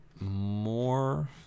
more